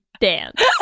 dance